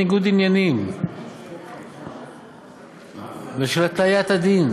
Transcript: של ניגוד עניינים ושל הטיית הדין,